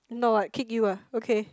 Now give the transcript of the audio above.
no I kick you ah okay